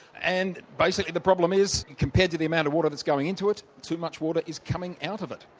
and basically the problem is compared to the amount of water that's going into it too much water is coming out of it.